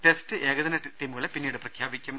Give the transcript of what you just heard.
test ഏകദിന ടീമുകളെ പിന്നീട് പ്രഖ്യാപിക്കും